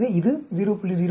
எனவே இது 0